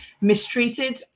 mistreated